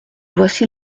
voici